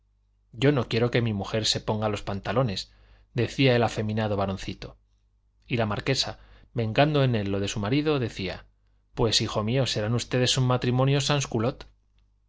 yo no quiero que mi mujer se ponga los pantalones añadía el afeminado baroncito y la marquesa vengando en él lo de su marido decía pues hijo mío serán ustedes un matrimonio